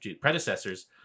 Predecessors